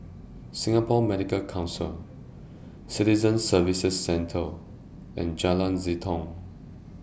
Singapore Medical Council Citizen Services Centre and Jalan Jitong